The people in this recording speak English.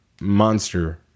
monster